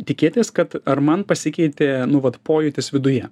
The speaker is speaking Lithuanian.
tikėtis kad ar man pasikeitė nu vat pojūtis viduje